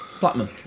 Blackman